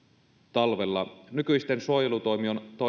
talvella nykyisten suojelutoimien